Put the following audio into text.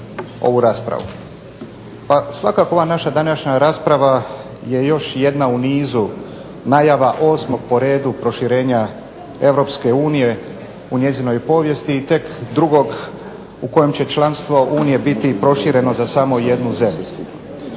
Pa svakako ova naša današnja rasprava je još jedna u nizu najava osmog po redu proširenja Europske unije u njezinoj povijesti i tek drugog u kojem će članstvo Unije biti prošireno za samo jednu zemlju.